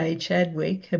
Chadwick